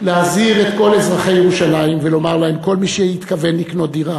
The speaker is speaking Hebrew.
להזהיר את כל אזרחי ירושלים ולומר להם: כל מי שהתכוון לקנות דירה,